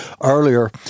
earlier